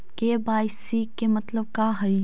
KYC के मतलब का हई?